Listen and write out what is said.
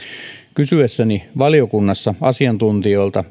kysyessäni valiokunnassa asiantuntijoilta